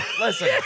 Listen